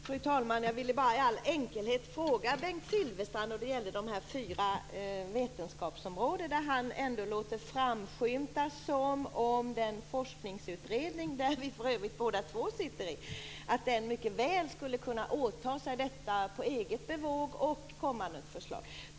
Fru talman! Bengt Silfverstrand nämner de fyra vetenskapsområdena och låter framskymta att den aktuella forskningsutredningen, som vi för övrigt båda sitter i, mycket väl skulle kunna åta sig detta på eget bevåg och komma med ett förslag.